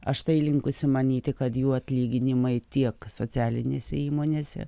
aš tai linkusi manyti kad jų atlyginimai tiek socialinėse įmonėse